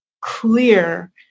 clear